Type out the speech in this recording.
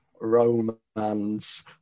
romance